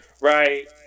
right